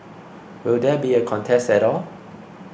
will there be a contest at all